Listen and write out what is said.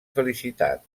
felicitat